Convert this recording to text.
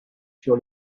sur